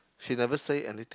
she never say anything